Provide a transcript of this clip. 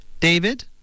David